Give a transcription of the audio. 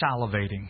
salivating